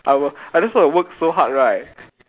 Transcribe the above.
I will I just want to work so hard right